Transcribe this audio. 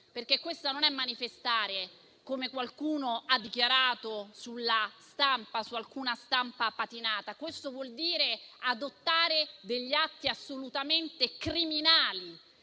perché questo non è manifestare, come qualcuno ha dichiarato sulla stampa, su alcuna stampa patinata. Questo vuol dire adottare degli atti assolutamente criminali.